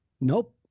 Nope